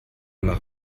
nach